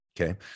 okay